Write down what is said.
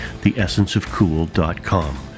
theessenceofcool.com